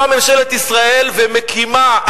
באה ממשלת ישראל ומקימה,